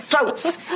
throats